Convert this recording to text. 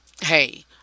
hey